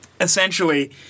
essentially